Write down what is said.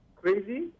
crazy